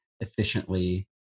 efficiently